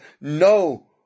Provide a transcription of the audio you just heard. no